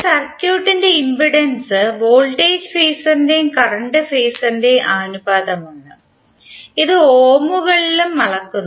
ഒരു സർക്യൂട്ടിന്റെ impedance voltage ഫെയ്സറിന്റെയും കറന്റ് ഫെയ്സറിന്റെയും അനുപാതമാണ് ഇത് ഓമുകളിലും അളക്കുന്നു